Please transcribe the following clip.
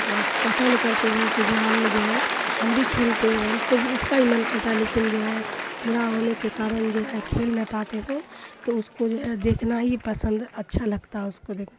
اور پسند کرتے ہیں کہ جہاں ہم جو ہے ہم بھی کھیلتے ہیں ہم کو بھی اس کا وی من کرتا ہے لیکن جو ہے بوڑھا ہونے کے کارن جو ہے کھیل نہ پاتے ہیں تو اس کو جو ہے دیکھنا ہی پسند اچھا لگتا ہے اس کو دیکھ